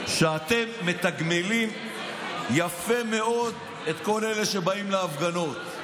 שאתם מתגמלים יפה מאוד את כל אלה שבאים להפגנות,